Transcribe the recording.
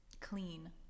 clean